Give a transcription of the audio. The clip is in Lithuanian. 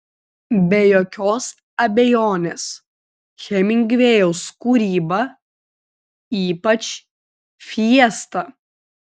be jokios abejonės hemingvėjaus kūryba ypač fiesta